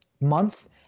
month